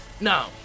No